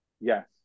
Yes